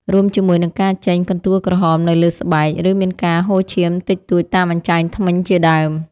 រួមជាមួយនឹងការចេញកន្ទួលក្រហមនៅលើស្បែក ឬមានការហូរឈាមតិចតួចតាមអញ្ចាញធ្មេញជាដើម។